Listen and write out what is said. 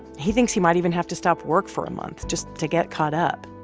he thinks he might even have to stop work for a month just to get caught up.